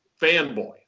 fanboy